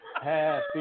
Happy